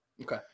Okay